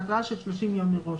בהתראה של 30 יום מראש.